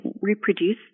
reproduce